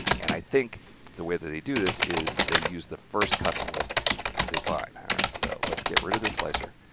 and i think the way that they do this is they use the first custom list that they find. alright. so, let's get rid of this slicer,